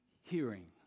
hearing